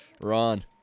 Ron